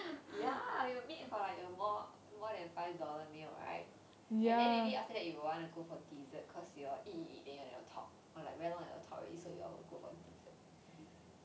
ya you meet for like a more more than five dollar meal right and then maybe after that you will want to go for dessert cause you all eat eat eat then you all never talk or like very long never talk already so you all will go for dessert